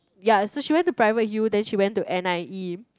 ya so she went to private U then she went to n_i_e